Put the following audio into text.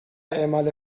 اعمال